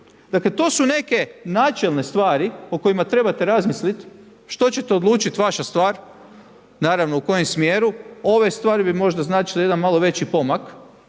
Dakle to su neke načelne stvari o kojima trebate razmislit, što ćete odlučit vaša stvar, naravno u kojem smjeru, ove stvari bi možda značile jedan malo veći pomak,